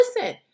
listen